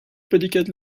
predicate